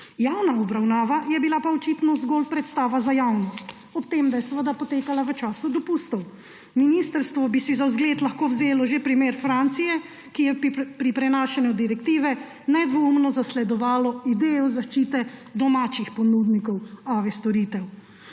Javna obravnava je bila pa očitno zgolj predstava za javnost, ob tem da je seveda potekala v času dopustov. Ministrstvo bi si za zgled lahko vzelo že primer Francije, ki je pri prenašanju direktive nedvoumno zasledovala idejo zaščite domačih ponudnikov AV storitev.